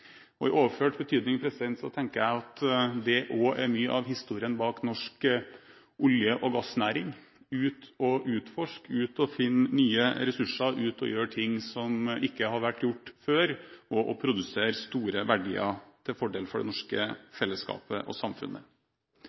I overført betydning tenker jeg at det også er mye av historien bak norsk olje- og gassnæring: Ut og utforsk, ut og finn nye ressurser, ut og gjør ting som ikke har vært gjort før – og produser store verdier til fordel for det norske fellesskapet og samfunnet.